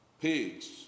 Pigs